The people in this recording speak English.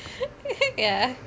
ya